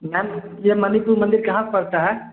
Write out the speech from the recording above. ma'am ये मणिपुर मंदिर कहाँ पड़ता है